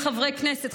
חברי כנסת,